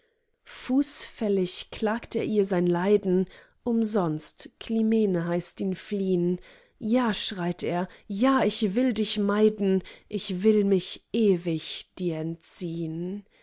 fußfällig klagt er ihr sein leiden umsonst climene heißt ihn fliehn ja schreit er ja ich will dich meiden ich will mich ewig dir entziehn